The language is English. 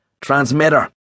Transmitter